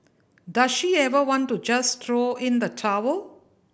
does she ever want to just throw in the towel